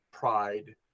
Pride